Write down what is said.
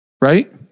Right